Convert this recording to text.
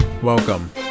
Welcome